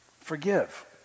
Forgive